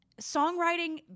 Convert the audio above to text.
songwriting